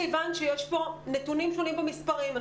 יש פה נתונים שונים במספרים,